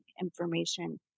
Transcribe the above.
information